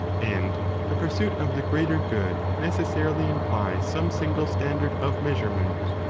and the pursuit of the greater good necessarily implies some single standard of measurement.